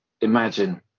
Imagine